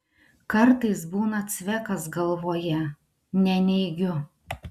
kartais būna cvekas galvoje neneigiu